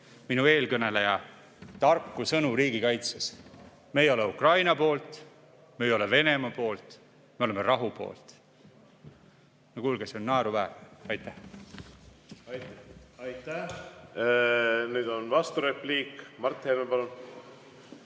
minu eelkõneleja tarku sõnu riigikaitsest: me ei ole Ukraina poolt, me ei ole Venemaa poolt, me oleme rahu poolt. No kuulge, see on naeruväärne! Aitäh! Aitäh! Nüüd on vasturepliik, Mart Helme, palun!